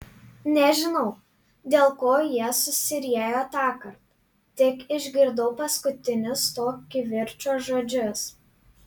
nežinau dėl ko jie susiriejo tąkart tik išgirdau paskutinius to kivirčo žodžius